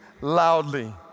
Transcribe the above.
loudly